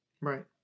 Right